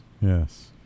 Yes